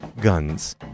guns